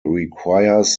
requires